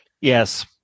yes